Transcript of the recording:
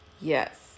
Yes